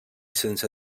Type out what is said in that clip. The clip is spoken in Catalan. sense